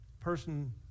person